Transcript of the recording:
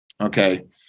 Okay